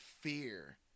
fear